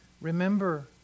Remember